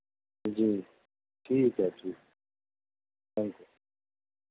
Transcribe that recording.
جی ٹھیک ہے ٹھیک ٹھینک یو